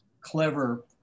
clever